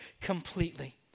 completely